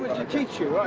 to tiech. yeah.